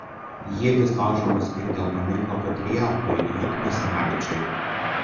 ietys laužomos ir dėl paminklo patriarchui j basanavičiui